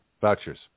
vouchers